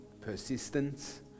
persistence